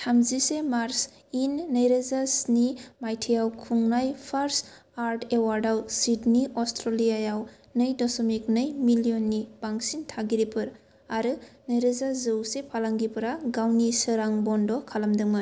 थामजि से मार्च इं नैरोजा स्नि माइथायाव खुंनाय फार्स्त आर्थ एवार्डआव सिडनी अस्ट्रेलियाव नै दशमिक नै मिलियननि बांसिन थागिरिफोर आरो नैरोजा जौसे फालांगिफोरा गावनि सोरां बन्द' खालामदोंमोन